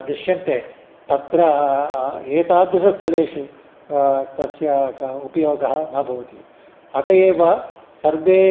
दृश्यन्ते तत्र एतादृशस्थलेषु तस्य ग उपयोगः न भवति अत एव सर्वे